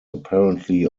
apparently